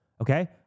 Okay